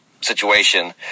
situation